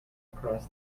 across